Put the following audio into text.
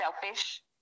selfish